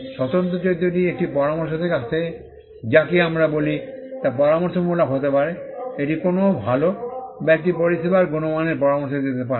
স্বতন্ত্র চরিত্রটি একটি পরামর্শ থেকে আসে যাকে আমরা বলি তা পরামর্শমূলক হতে পারে এটি কোনও ভাল বা একটি পরিষেবার গুণমানের পরামর্শ দিতে পারে